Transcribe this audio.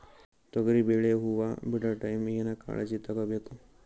ತೊಗರಿಬೇಳೆ ಹೊವ ಬಿಡ ಟೈಮ್ ಏನ ಕಾಳಜಿ ತಗೋಬೇಕು?